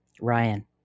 Ryan